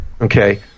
Okay